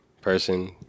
person